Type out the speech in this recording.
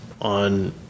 on